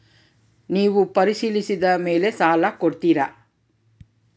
ನೇವು ಪರಿಶೇಲಿಸಿದ ಮೇಲೆ ಸಾಲ ಕೊಡ್ತೇರಾ?